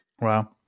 wow